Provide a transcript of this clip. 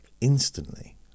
instantly